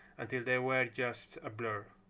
until they were just a blur.